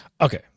Okay